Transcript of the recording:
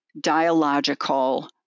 dialogical